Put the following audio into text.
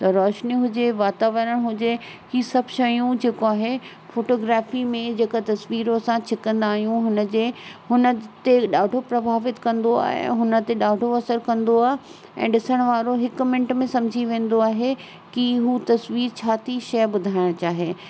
त रोशनी हुजे वातावरण हुजे ही सभु शयूं जेको आहे फ़ोटोग्राफ़ी में जेकर तस्वीरूं असां छिकंदा आहियूं हुनजे हुनते ॾाढो प्रभावित कंदो आहे हुन ते ॾाढो असरु कंदो आहे ऐं ॾिसण वारो हिकु मिंट में समुझी वेंदो आहे कि हू तस्वीर छा थी शइ ॿुधाइणु चाहे